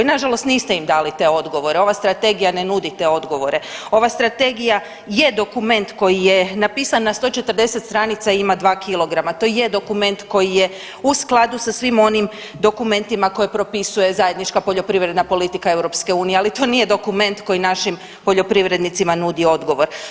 Nažalost, niste im dali te odgovore, ova strategija ne nudi te odgovore, ova strategija je dokument koji je napisan na 140 stranica i ima dva kilograma, to je dokument koji je u skladu sa svim onim dokumentima koje propisuje zajednička poljoprivredna politika EU, ali to nije dokument koji našim poljoprivrednicima nudi odgovor.